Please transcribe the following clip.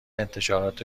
انتشارات